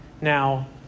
Now